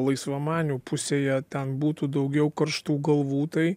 laisvamanių pusėje ten būtų daugiau karštų galvų tai